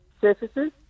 surfaces